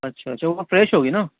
اچھا اچھا وہ فریش ہوگی نہ